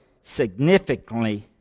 significantly